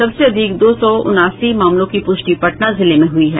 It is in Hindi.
सबसे अधिक दो सौ उनासी मामलों की पुष्टि पटना जिले में हुई है